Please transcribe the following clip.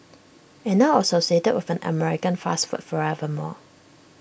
and now associated with an American fast food forever more